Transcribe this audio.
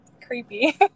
creepy